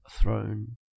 throne